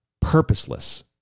purposeless